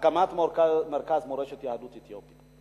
הקמת מרכז מורשת יהדות אתיופיה,